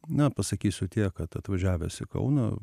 na pasakysiu tiek kad atvažiavęs į kauną